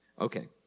Okay